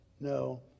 No